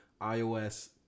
iOS